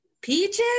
Peaches